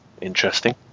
interesting